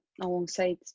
alongside